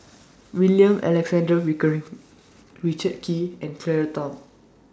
William Alexander Pickering Richard Kee and Claire Tham